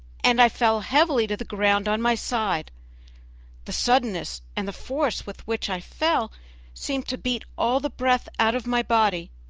and i fell heavily to the ground on my side the suddenness and the force with which i fell seemed to beat all the breath out of my body.